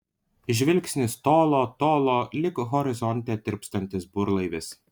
žvilgsnis tolo tolo lyg horizonte tirpstantis burlaivis